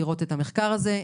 לראות את המחקר הזה.